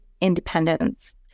independence